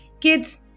Kids